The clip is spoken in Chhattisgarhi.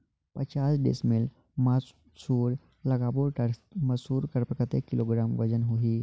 पचास डिसमिल मा मसुर लगाबो ता मसुर कर कतेक किलोग्राम वजन होही?